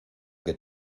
que